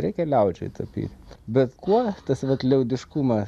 reikia liaudžiai tapyt bet kuo tas vat liaudiškumą